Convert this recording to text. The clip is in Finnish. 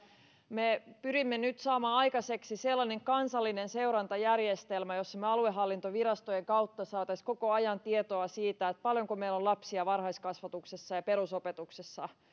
me pyrimme nyt saamaan aikaiseksi sellaisen kansallisen seurantajärjestelmän jossa me aluehallintovirastojen kautta saisimme koko ajan tietoa siitä paljonko meillä on lapsia varhaiskasvatuksessa ja perusopetuksessa